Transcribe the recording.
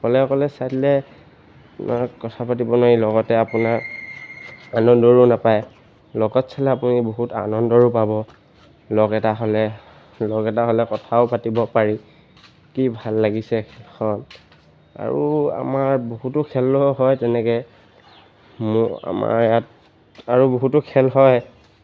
অকলে অকলে চাই দিলে আপোনাৰ কথা পাতিব নোৱাৰি লগতে আপোনাৰ আনন্দবোৰ নাপায় লগত চালে আপুনি বহুত আনন্দও পাব লগ এটা হ'লে লগ এটা হ'লে কথাও পাতিব পাৰি কি ভাল লাগিছে খেলখনত আৰু আমাৰ বহুতো খেলো হয় তেনেকৈ মোৰ আমাৰ ইয়াত আৰু বহুতো খেল হয়